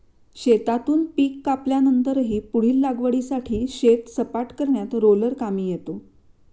शेतातून पीक कापल्यानंतरही पुढील लागवडीसाठी शेत सपाट करण्यात रोलर कामी येतो